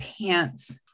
pants